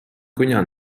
коня